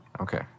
Okay